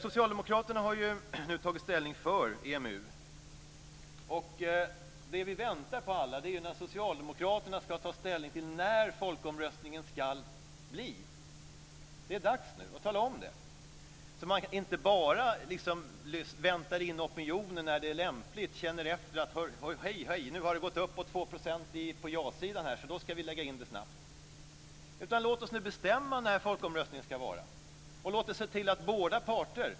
Socialdemokraterna har nu tagit ställning för EMU. Det vi alla väntar på är att socialdemokraterna ska ta ställning till när folkomröstningen ska hållas. Det är dags nu att tala om det. Man får inte bara vänta in opinionen och känna efter när det är lämpligt. Nu har det gått uppåt 2 % på ja-sidan, så då ska vi snabbt lägga in en omröstning. Låt oss nu bestämma när folkomröstningen ska vara! Och låt oss se till båda parter.